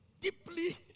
deeply